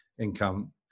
income